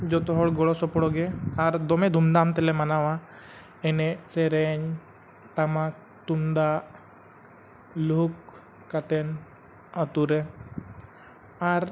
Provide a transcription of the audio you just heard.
ᱡᱚᱛᱚᱦᱚᱲ ᱜᱚᱲᱚ ᱥᱚᱯᱚᱦᱚᱫ ᱜᱮ ᱟᱨ ᱫᱚᱢᱮ ᱫᱷᱩᱢᱫᱷᱟᱢ ᱛᱮᱞᱮ ᱢᱟᱱᱟᱣᱟ ᱮᱱᱮᱡ ᱥᱮᱨᱮᱧ ᱴᱟᱢᱟᱠ ᱛᱩᱢᱫᱟᱜ ᱞᱩᱦᱩᱠ ᱠᱟᱛᱮᱫ ᱟᱹᱛᱩᱨᱮ ᱟᱨ